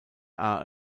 are